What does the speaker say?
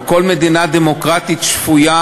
או כל מדינה דמוקרטית שפויה,